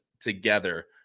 together